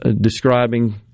describing